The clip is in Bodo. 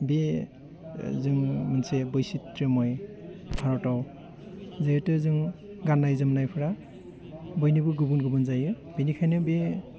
बे जों मोनसे बैसित समै भारतआव जेहेथु जों गान्नाय जोमन्नायफ्रा बयनिबो गुबुन गुबुन जायो बिनिखायनो बे